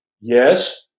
yes